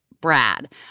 brad